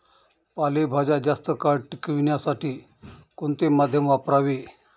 पालेभाज्या जास्त काळ टिकवण्यासाठी कोणते माध्यम वापरावे?